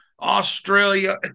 Australia